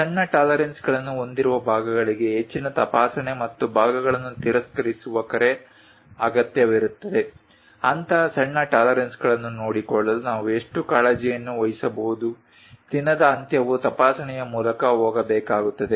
ಸಣ್ಣ ಟಾಲರೆನ್ಸ್ಗಳನ್ನು ಹೊಂದಿರುವ ಭಾಗಗಳಿಗೆ ಹೆಚ್ಚಿನ ತಪಾಸಣೆ ಮತ್ತು ಭಾಗಗಳನ್ನು ತಿರಸ್ಕರಿಸುವ ಕರೆ ಅಗತ್ಯವಿರುತ್ತದೆ ಅಂತಹ ಸಣ್ಣ ಟಾಲರೆನ್ಸ್ಗಳನ್ನು ನೋಡಿಕೊಳ್ಳಲು ನಾವು ಎಷ್ಟು ಕಾಳಜಿಯನ್ನು ವಹಿಸಬಹುದು ದಿನದ ಅಂತ್ಯವು ತಪಾಸಣೆಯ ಮೂಲಕ ಹೋಗಬೇಕಾಗುತ್ತದೆ